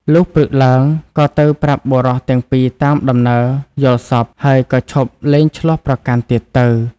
លុះព្រឹកឡើង ក៏ទៅប្រាប់បុរសទាំងពីរតាមដំណើរយល់សប្តិ ហើយក៏ឈប់លែងឈ្លោះប្រកាន់ទៀតទៅ ។